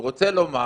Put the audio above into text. הוא רוצה לומר